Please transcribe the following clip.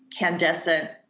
candescent